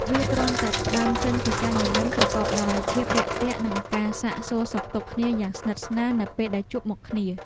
វាគ្រាន់តែផ្តើមចេញពីការញញឹមប្រកបដោយភាពរាក់ទាក់និងការសាកសួរសុខទុក្ខគ្នាយ៉ាងស្និទ្ធស្នាលនៅពេលដែលជួបមុខគ្នា។